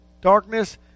Darkness